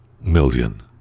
million